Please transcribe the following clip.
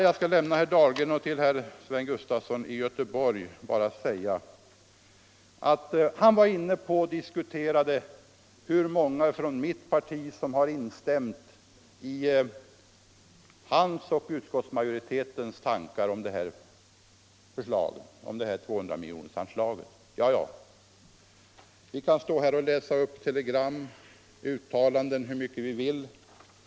Jag skall lämna herr Dahlgren och vända mig till herr Sven Gustafson i Göteborg, som var inne på en diskussion om hur många från mitt parti som har instämt i hans och utskottsmajoritetens tankar om 200 miljonersanslaget. Vi kan stå här och läsa upp telegram och uttalanden hur mycket vi vill.